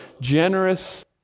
generous